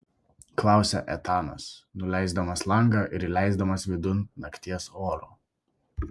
klausia etanas nuleisdamas langą ir įleisdamas vidun nakties oro